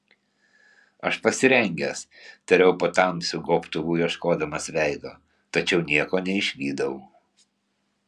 aš pasirengęs tariau po tamsiu gobtuvu ieškodamas veido tačiau nieko neišvydau